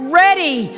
ready